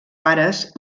pares